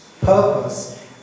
purpose